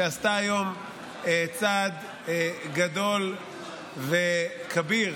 שעשתה היום צעד גדול וכביר